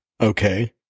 Okay